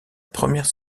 première